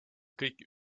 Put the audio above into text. kõik